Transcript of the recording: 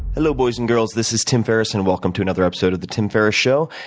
hello, boys and girls. this is tim ferriss and welcome to another episode of the tim ferriss show.